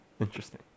interesting